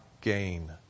gain